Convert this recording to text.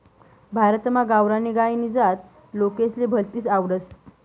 भारतमा गावरानी गायनी जात लोकेसले भलतीस आवडस